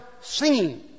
singing